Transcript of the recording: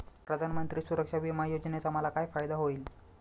प्रधानमंत्री सुरक्षा विमा योजनेचा मला काय फायदा होईल?